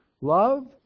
love